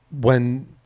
when-